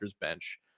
bench